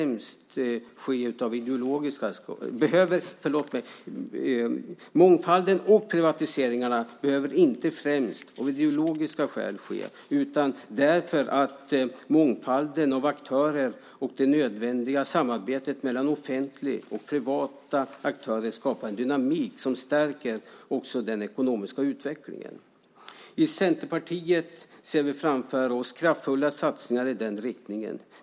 Mångfalden och privatiseringarna behövs, inte främst av ideologiska skäl, utan därför att mångfalden av aktörer och det nödvändiga samarbetet mellan offentliga och privata aktörer skapar en dynamik som stärker också den ekonomiska utvecklingen. Vi i Centerpartiet ser framför oss kraftfulla satsningar i den riktningen.